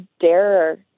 dare